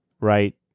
right